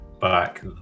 Back